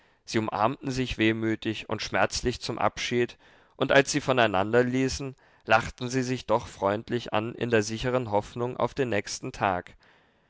sie umarmten sich wehmütig und schmerzlich zum abschied und als sie voneinanderließen lachten sie sich doch freundlich an in der sicheren hoffnung auf den nächsten tag